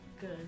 good